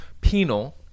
Penal